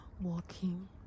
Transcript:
walking